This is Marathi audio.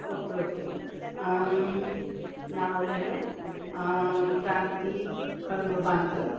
ओके ओके नाव लिहिलं क्रांती खंडू बांदल